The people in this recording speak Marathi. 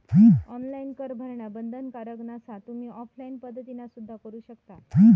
ऑनलाइन कर भरणा बंधनकारक नसा, तुम्ही ऑफलाइन पद्धतीना सुद्धा करू शकता